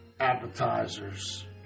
Appetizers